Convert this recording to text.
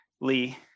Lee